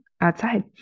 outside